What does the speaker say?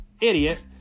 idiot